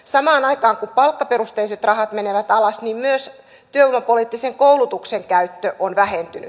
samaan aikaan kun palkkaperusteiset rahat menevät alas niin myös työvoimapoliittisen koulutuksen käyttö on vähentynyt